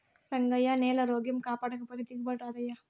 రంగయ్యా, నేలారోగ్యం కాపాడకపోతే దిగుబడి రాదయ్యా